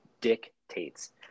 dictates